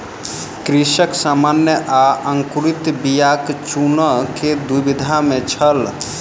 कृषक सामान्य आ अंकुरित बीयाक चूनअ के दुविधा में छल